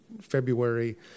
February